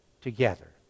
together